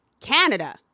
Canada